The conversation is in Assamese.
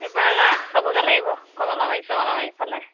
এইবাৰ ৰাস চাবগে লাগিব কমলাবাৰী চমলাবাৰী ফালে